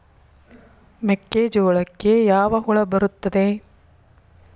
ಮೆಕ್ಕೆಜೋಳಕ್ಕೆ ಯಾವ ಹುಳ ಬರುತ್ತದೆ?